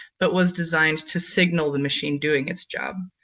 but was designed to signal the machine doing its job.